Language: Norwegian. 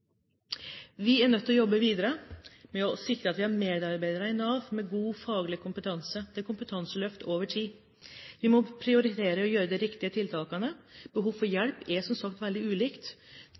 Vi er nødt til å jobbe videre med å sikre at vi har medarbeidere i Nav med god faglig kompetanse. Det er kompetanseløft over tid. Vi må prioritere å gjøre de riktige tiltakene. Behovet for hjelp er som sagt veldig ulikt